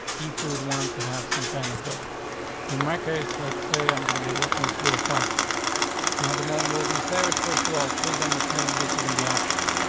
if you would want to have some kind of dealing. so in my case, let's say i'm gonna be looking for five seconds now the moment we're gonna save it. first of all, please understand that this is gonna be option.